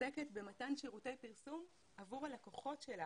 עוסקת במתן שירותי פרסום עבור הלקוחות שלה